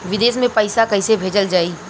विदेश में पईसा कैसे भेजल जाई?